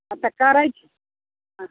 हाँ तऽ करैत छी हँ